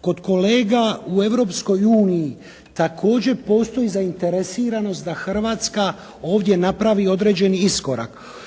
kod kolega u Europskoj uniji također postoji zainteresiranost da Hrvatska ovdje napravi određeni iskorak.